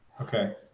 Okay